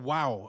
Wow